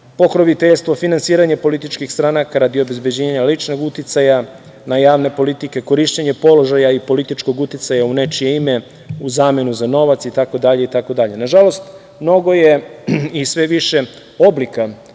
pokroviteljstvo, finansiranje političkih stranaka radi obezbeđenja ličnog uticaja na javne politike, korišćenje položaja i političkog uticaja u nečije ime u zamenu za novac itd. Nažalost, mnogo je i sve više oblika